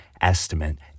estimate